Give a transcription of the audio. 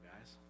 guys